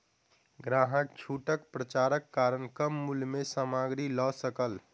ग्राहक छूटक पर्चाक कारण कम मूल्य में सामग्री लअ सकल